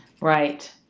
Right